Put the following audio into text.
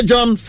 John